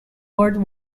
world